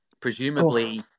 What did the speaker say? presumably